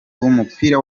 w’umupira